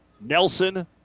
Nelson